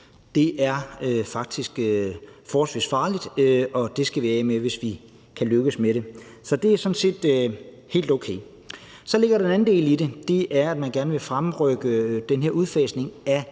faktisk er forholdsvis farligt, og den skal vi af med, hvis vi kan lykkes med det. Så det er sådan set helt okay. Så ligger der en anden del i det, og det er, at man gerne vil fremrykke den her udfasning af